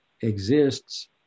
exists